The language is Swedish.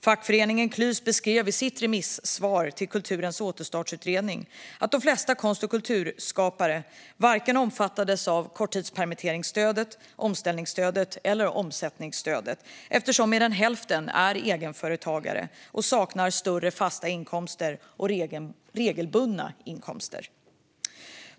Fackföreningen Klys skrev i sitt remissvar till kulturens återstartsutredning att de flesta konst och kulturskapare inte omfattades av vare sig korttidspermitteringsstödet, omställningsstödet eller omsättningsstödet eftersom mer än hälften var egenföretagare och saknade större fasta kostnader och regelbundna inkomster.